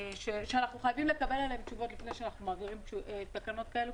שאנחנו חייבים לקבל עליהן תשובות לפני שאנחנו מעבירים תקנות כאלה,